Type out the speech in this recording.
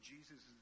Jesus